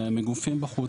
מגופים בחוץ,